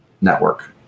network